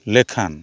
ᱞᱮᱠᱷᱟᱱ